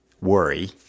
worry